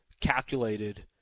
calculated